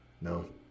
No